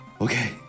okay